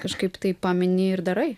kažkaip taip pamini ir darai